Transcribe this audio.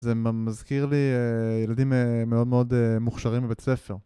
זה מזכיר לי ילדים מאוד מאוד מוכשרים בבית ספר.